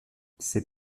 ses